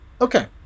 Okay